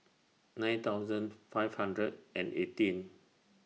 nine thousand five hundred and eighteen